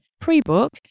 Pre-book